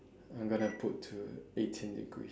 I'm going to put to eighteen degree